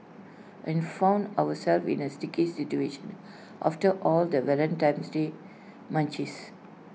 and found ourselves in A sticky situation after all the Valentine's day munchies